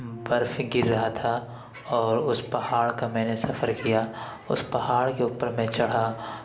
برف گر رہا تھا اور اس پہاڑ کا میں نے سفر کیا اس پہاڑ کے اوپر میں چڑھا تو